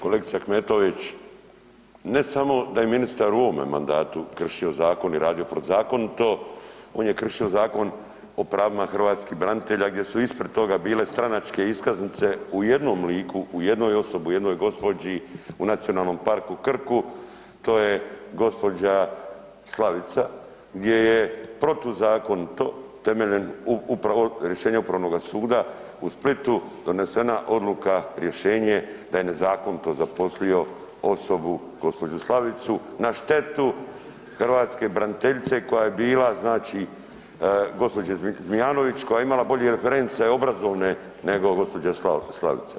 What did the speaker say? Kolegice Ahmetović ne samo da je ministar u ovome mandatu kršio zakon i radio protuzakonito, on je kršio Zakon o pravima hrvatskih braniteljima gdje su ispred toga bile stranačke iskaznice u jednom liku, u jednoj osobi, u jednoj gospođi u Nacionalnom parku Krku, to je gospođa Slavica, gdje je protuzakonito temeljem, rješenje Upravnoga suda u Splitu donesena odluka, rješenje da je nezakonito zaposlio osobu gospođu Slavicu na štetu hrvatske braniteljice koja je bila znači, gospođe Zmijanović koja je imala bolje reference obrazovne nego gospođa Slavica.